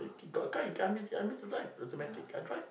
got car you tell me tell me to drive automatic I drive